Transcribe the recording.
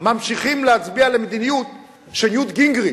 ממשיכים להצביע למדיניות של ניוט גינגריץ'?